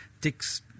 Dick's